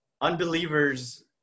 Unbelievers